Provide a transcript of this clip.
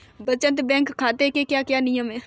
बचत बैंक खाते के क्या क्या नियम हैं?